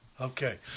okay